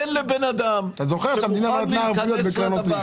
אתה זוכר שהמדינה לא נתנה ערבויות בקרנות ריט.